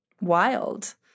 wild